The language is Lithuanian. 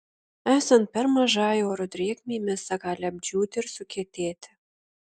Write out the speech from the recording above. esant per mažai oro drėgmei mėsa gali apdžiūti ir sukietėti